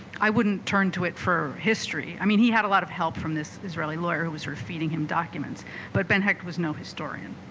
i wouldn't turn to it for history i mean he had a lot of help from this israeli lawyer who was her feeding him documents but ben hecht was no historian